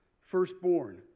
firstborn